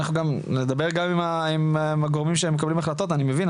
אנחנו גם נדבר עם הגורמים שמקבלים החלטות ואני מבין,